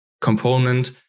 component